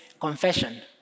confession